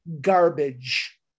garbage